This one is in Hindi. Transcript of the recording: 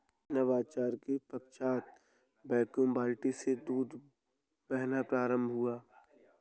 नवाचार के पश्चात वैक्यूम बाल्टी से दूध दुहना प्रारंभ हुआ